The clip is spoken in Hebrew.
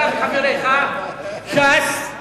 אתה וחבריך, ש"ס.